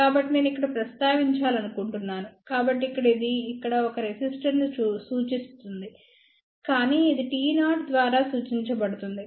కాబట్టి నేను ఇక్కడ ప్రస్తావించాలనుకుంటున్నాను కాబట్టి ఇక్కడ ఇది ఇక్కడ ఒక రెసిస్టర్ను చూపిస్తుంది కానీ ఇది T0ద్వారా సూచించబడుతుంది